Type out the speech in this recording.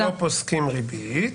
(ב) כשלא פוסקים ריבית,